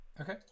Okay